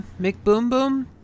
McBoomBoom